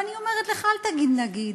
ואני אומרת לך: אל תגיד "נגיד".